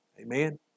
Amen